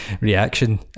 reaction